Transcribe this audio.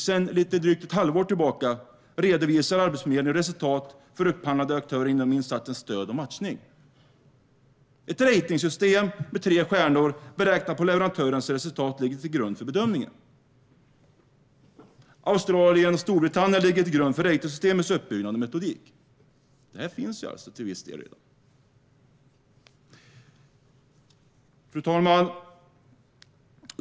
Sedan lite drygt ett halvår tillbaka redovisar Arbetsförmedlingen resultat för upphandlande aktörer inom insatsen Stöd och matchning. Ett ratingsystem med tre stjärnor beräknat på leverantörens resultat ligger till grund för bedömningen. Australien och Storbritannien ligger till grund för ratingsystemets uppbyggnad och metodik. Det här finns alltså till viss del redan. Fru talman!